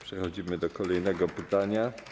Przechodzimy do kolejnego pytania.